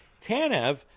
Tanev